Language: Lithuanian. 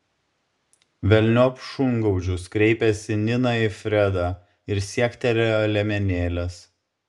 velniop šungaudžius kreipėsi nina į fredą ir siektelėjo liemenėlės